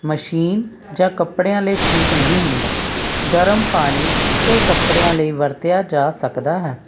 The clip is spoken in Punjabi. ਮਸ਼ੀਨ ਜਾਂ ਕੱਪੜਿਆਂ ਲਈ ਠੀਕ ਨਹੀਂ ਹੁੰਦਾ ਗਰਮ ਪਾਣੀ ਚਿੱਟੇ ਕੱਪੜਿਆਂ ਲਈ ਵਰਤਿਆ ਜਾ ਸਕਦਾ ਹੈ